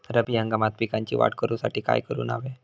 रब्बी हंगामात पिकांची वाढ करूसाठी काय करून हव्या?